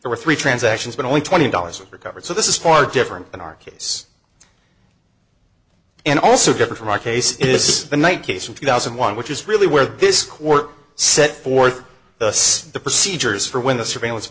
there were three transactions but only twenty dollars were recovered so this is far different than our case and also differ from our case is the night case in two thousand and one which is really where this court set forth the procedures for when the surveillance